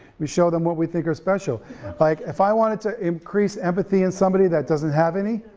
we show them what we think are special like if i wanted to increase empathy in somebody that doesn't have any,